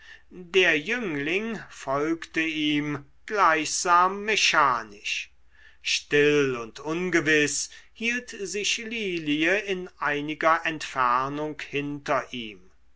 der jüngling folgte ihm gleichsam mechanisch still und ungewiß hielt sich lilie in einiger entfernung hinter ihm